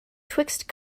twixt